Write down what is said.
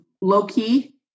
low-key